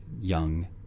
young